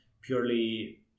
purely